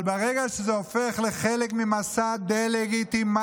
אבל ברגע שזה הופך לחלק ממסע דה-לגיטימציה,